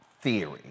theory